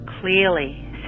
Clearly